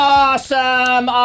awesome